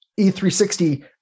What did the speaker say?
E360